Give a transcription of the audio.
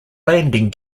landing